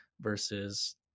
versus